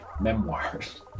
memoirs